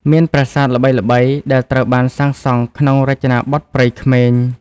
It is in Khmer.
មានប្រាសាទល្បីៗដែលត្រូវបានសាងសង់ក្នុងរចនាបថព្រៃក្មេង ។